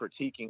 critiquing